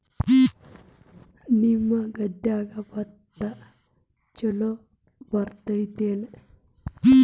ನಿಮ್ಮ ಗದ್ಯಾಗ ಭತ್ತ ಛಲೋ ಬರ್ತೇತೇನ್ರಿ?